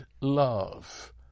love